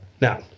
Now